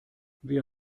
wir